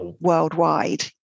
worldwide